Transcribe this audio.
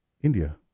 India